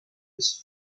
his